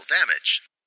damage